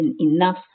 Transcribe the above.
enough